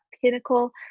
pinnacle